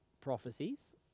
prophecies